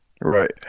Right